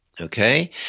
Okay